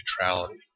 neutrality